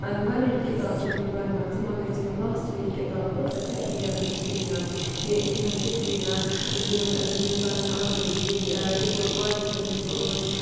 واریاہ کِتابہٕ چھَ مےٚ پَرمَژٕ مگر یۄس مےٚ لاسٹٕلی کِتاب پٔر سۄ چھَ اِنڈیا وِنز فریٖڈَم کہِ اِنڈیا ہَن کِتھ کنۍ زیوٗن زیٖنۍ پَنٕنۍ آزٲدی ییٚلہِ بِفور پاٹِشَن یِم ٲسۍ